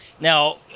Now